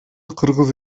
кыргыз